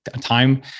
time